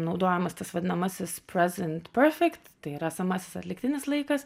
naudojamas tas vadinamasis present perfect tai yra esamasis atliktinis laikas